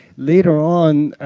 later on,